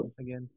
again